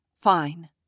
Fine